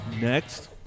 Next